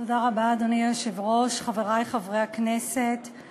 על גבה של הקהילה הלהט"בית באמצעות איזו פשרה מפוקפקת